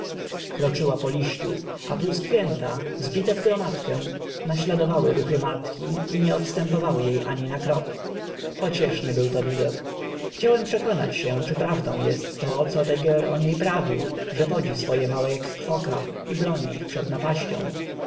kroczyła po liściu a pluskwięta zbite w gromadkę naśladowały ruchy matki i nieodstępowały jej ani na na krok pocieszny był to widok chciałem przekonać się czy prawdą jest co de geer o niej prawił że wodzi swe małe jak kwoka i broni ich przed napaścią